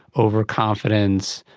overconfidence,